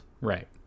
Right